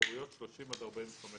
אחוריות 30 עד 45 מעלות.